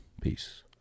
Peace